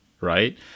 right